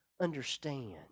understand